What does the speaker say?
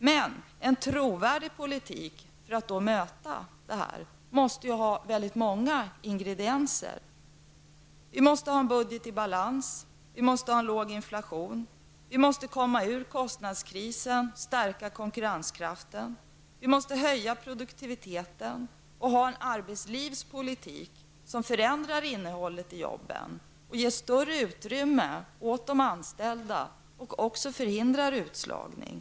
Men en trovärdig politik för att möta problemen måste ha många ingredienser. Vi måste ha en budget i balans och en låg inflation. Vidare måste vi komma ur kostnadskrisen och stärka konkurrenskraften. Produktiviteten måste höjas, och vi måste föra en arbetslivspolitik som förändrar innehållet i jobben och ger större utrymme åt de anställda och förhindrar utslagning.